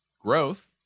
growth